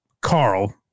Carl